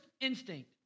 instinct